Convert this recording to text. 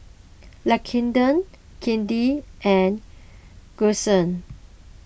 Lakendra Katie and Gussie